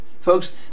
Folks